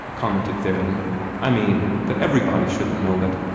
commented theron i mean, that everybody shouldn't know it.